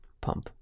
pump